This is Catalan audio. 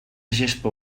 gespa